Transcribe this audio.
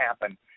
happen